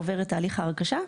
עובר את תהליך ההרכשה,